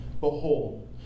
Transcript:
Behold